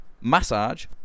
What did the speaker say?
massage